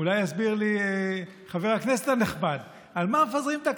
אולי יסביר לי חבר הכנסת הנכבד על מה מפזרים את הכנסת.